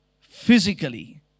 physically